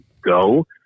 go